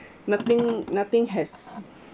nothing nothing has